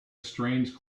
strange